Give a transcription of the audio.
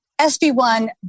SB1